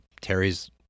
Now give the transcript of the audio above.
Terry's